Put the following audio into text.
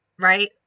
right